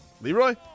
Leroy